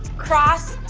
cross.